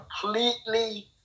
completely